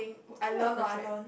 okay ah project